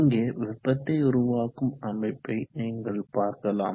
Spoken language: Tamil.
இங்கே வெப்பத்தை உருவாக்கும் அமைப்பை நீங்கள் பார்க்கலாம்